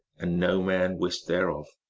and no man wist thereof.